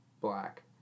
Black